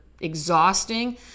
exhausting